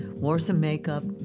wore some makeup,